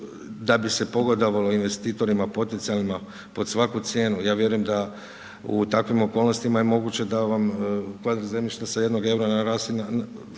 da bi se pogodovalo investitorima potencijalima pod svaku cijenu, ja vjerujem da u takvim okolnostima je moguće da vam …/Govornik se ne razumije./…